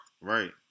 Right